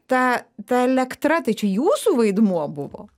ta ta elektra tai čia jūsų vaidmuo buvo